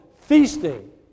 feasting